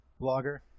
blogger